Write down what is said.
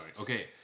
Okay